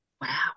Wow